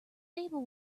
table